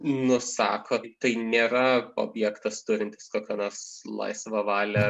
nusako tai nėra objektas turintis kokią nors laisvą valią